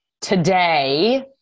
today